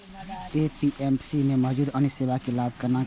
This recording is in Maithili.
एन.बी.एफ.सी में मौजूद अन्य सेवा के लाभ केना लैब?